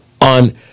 on